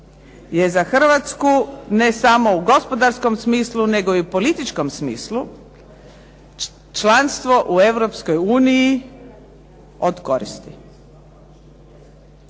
je za Hrvatsku, ne samo u gospodarskom smislu, nego i u političkom smislu članstvo u Europskoj